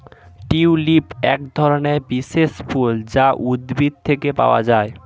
tulip একধরনের বিশেষ ফুল যা উদ্ভিদ থেকে পাওয়া যায়